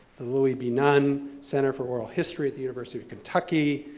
the louie b. nunn center for oral history at the university of kentucky,